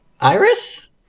Iris